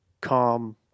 calm